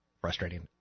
frustrating